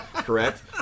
correct